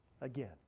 again